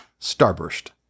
Starburst